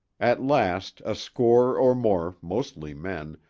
at last a score or more, mostly men,